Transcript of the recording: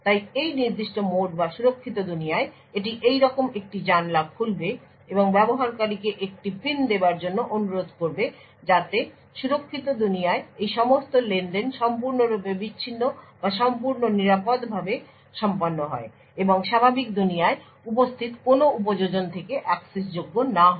তাই এই নির্দিষ্ট মোড বা সুরক্ষিত দুনিয়ায় এটি এইরকম একটি জানলা খুলবে এবং ব্যবহারকারীকে একটি পিন দেবার জন্য অনুরোধ করবে যাতে সুরক্ষিত দুনিয়ায় এই সমস্ত লেনদেন সম্পূর্ণরূপে বিচ্ছিন্ন বা সম্পূর্ণ নিরাপদভাবে সম্পন্ন হয় এবং স্বাভাবিক দুনিয়ায় উপস্থিত কোনো উপযোজন থেকে অ্যাক্সেসযোগ্য না হয়